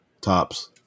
tops